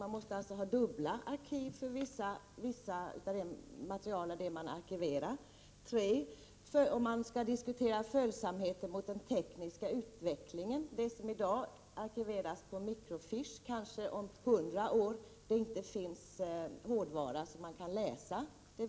Man måste alltså ha dubbla arkiv för visst material som man arkiverar 3. om man skall diskutera följsamheten med den tekniska utvecklingen. För det som i dag arkiveras på mikrofiche kanske det om 100 år inte finns hårdvara till läsning.